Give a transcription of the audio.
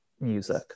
music